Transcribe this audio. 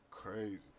crazy